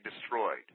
destroyed